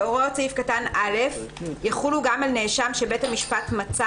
"(*)(1)הוראות סעיף קטן (א) יחולו גם על נאשם שבית המשפט מצא